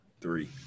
three